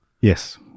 Yes